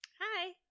Hi